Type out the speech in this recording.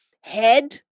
head